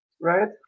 right